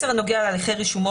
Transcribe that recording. מסר הנוגע להליכי רישומו,